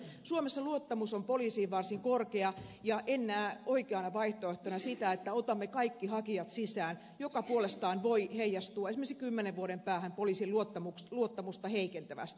suomessa luottamus poliisiin on varsin korkea ja en näe oikeana vaihtoehtona sitä että otamme kaikki hakijat sisään mikä puolestaan voi heijastua esimerkiksi kymmenen vuoden päähän poliisin luottamusta heikentävästi